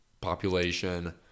population